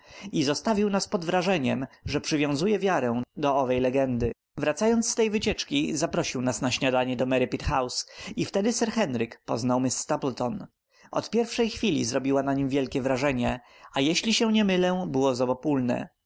i zostawił nas pod wrażeniem że przywiązuje wiarę do owej legendy wracając z tej wycieczki zaprosił nas na śniadanie do merripit house i wtedy sir henryk poznał miss stapleton od pierwszej chwili zrobiła na nim wielkie wrażenie a jeśli się nie mylę było